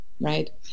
right